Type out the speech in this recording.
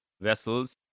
vessels